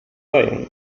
daję